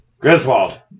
Griswold